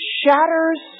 shatters